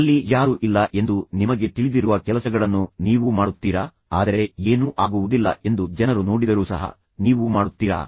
ಅಲ್ಲಿ ಯಾರೂ ಇಲ್ಲ ಎಂದು ನಿಮಗೆ ತಿಳಿದಿರುವ ಕೆಲಸಗಳನ್ನು ನೀವು ಮಾಡುತ್ತೀರಾ ಆದರೆ ಏನೂ ಆಗುವುದಿಲ್ಲ ಎಂದು ಜನರು ನೋಡಿದರೂ ಸಹ ನೀವು ಮಾಡುತ್ತೀರಾ